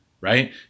right